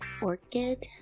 orchid